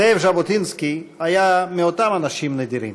זאב ז'בוטינסקי היה מאותם אנשים נדירים.